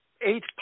eight